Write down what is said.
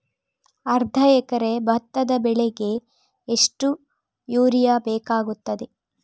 ಅರ್ಧ ಎಕರೆ ಭತ್ತ ಬೆಳೆಗೆ ಎಷ್ಟು ಯೂರಿಯಾ ಬೇಕಾಗುತ್ತದೆ?